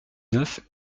neuf